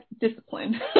discipline